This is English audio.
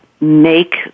make